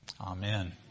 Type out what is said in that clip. Amen